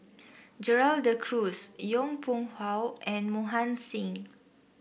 Gerald De Cruz Yong Pung How and Mohan Singh